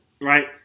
Right